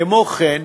כמו כן,